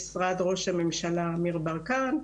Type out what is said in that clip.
ממשרד ראש הממשלה אמיר ברקן,